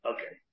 Okay